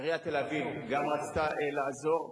עיריית תל-אביב גם רצתה לעזור,